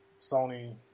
Sony